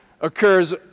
occurs